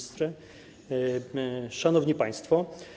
Szanowni Państwo!